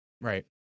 Right